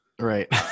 Right